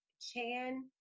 Chan